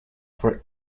for